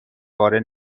باره